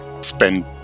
spend